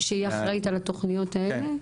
שהיא אחראית על התוכניות האלה.